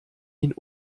ihn